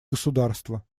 государства